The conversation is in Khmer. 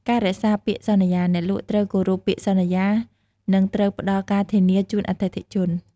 ការរក្សាពាក្យសន្យា អ្នកលក់ត្រូវគោរពពាក្យសន្យា និងត្រូវផ្តល់ការធានាជូនអតិថិជន។